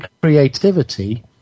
creativity